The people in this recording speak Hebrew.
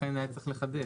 לכן צריך היה לחדד,